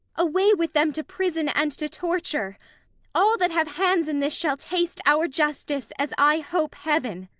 away with them to prison, and to torture all that have hands in this shall taste our justice, as i hope heaven.